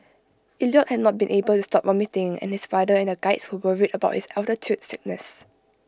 Elliot had not been able to stop vomiting and his father and the Guides were worried about his altitude sickness